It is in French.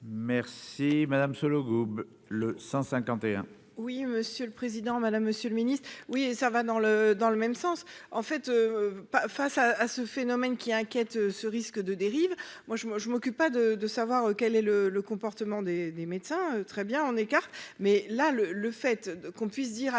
Merci. Madame Sollogoub, le 151.